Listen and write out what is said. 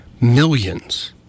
millions